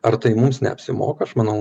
ar tai mums neapsimoka aš manau